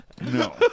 No